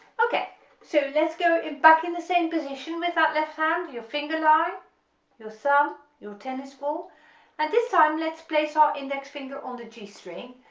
okay so let's go in back in the same position with that left hand your finger line your thumb your tennis ball and this time let's place our index finger on the g string,